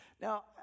Now